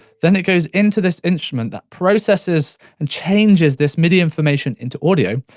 then it goes into this instrument that processes and changes this midi information into audio.